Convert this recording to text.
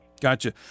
Gotcha